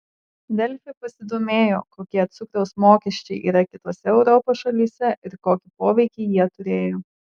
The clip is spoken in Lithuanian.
delfi pasidomėjo kokie cukraus mokesčiai yra kitose europos šalyse ir kokį poveikį jie turėjo